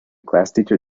classteacher